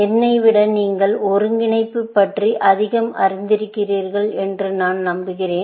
என்னை விட நீங்கள் ஒருங்கிணைப்பு பற்றி அதிகம் அறிந்திருக்கிறீர்கள் என்று நான் நம்புகிறேன்